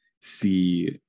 see